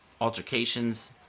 altercations